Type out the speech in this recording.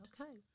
Okay